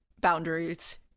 boundaries